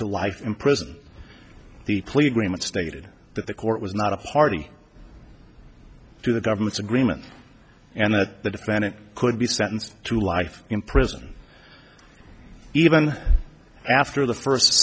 to life in prison the plea agreement stated that the court was not a party to the government's agreement and that the defendant could be sentenced to life in prison even after the first